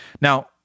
Now